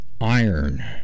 iron